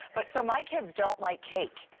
but so my kids don't like cake.